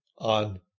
On